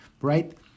Right